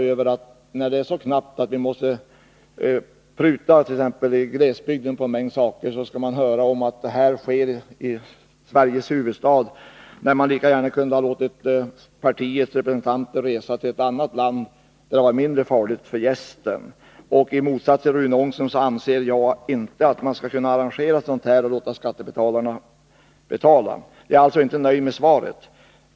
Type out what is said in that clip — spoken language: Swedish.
När det är så knappt att vi måste pruta på en mängd saker, t.ex. i glesbygden, så skall man höra om att det här besöket sker i Sveriges huvudstad, då man lika gärna kunde ha låtit partiets representanter resa till ett annat land där det hade varit mindre farligt för gästen. I motsats till Rune Ångström anser jag inte att man skall kunna arrangera ett sådant här besök och låta skattebetalarna stå för kostnaderna. Jag är alltså inte nöjd med svaret.